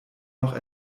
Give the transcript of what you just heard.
noch